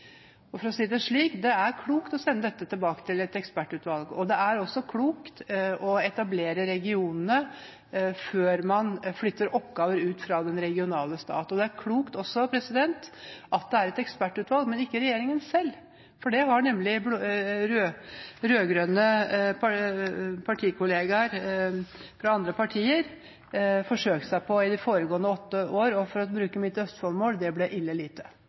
For å si det slik: Det er klokt å sende dette tilbake til et ekspertutvalg. Det er også klokt å etablere regionene før man flytter oppgaver ut fra den regionale stat. Og det er klokt at det gjøres av et ekspertutvalg, og ikke av regjeringen selv, for det har nemlig rød-grønne partikolleger forsøkt seg på i de foregående åtte år, og for å bruke mitt østfoldmål: Det ble ille lite.